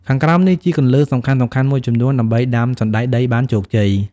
ខាងក្រោមនេះជាគន្លឹះសំខាន់ៗមួយចំនួនដើម្បីដាំសណ្តែកដីបានជោគជ័យ។